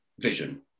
vision